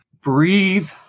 Breathe